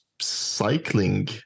cycling